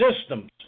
systems